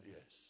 Yes